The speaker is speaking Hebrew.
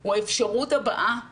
הוא האפשרות הבאה עבורו.